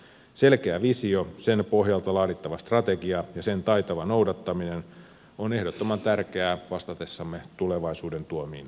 selkeä visio sen pohjalta laadittava strategia ja sen taitava noudattaminen on ehdottoman tärkeää vastatessamme tulevaisuuden tuomiin haasteisiin